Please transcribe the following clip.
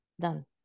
done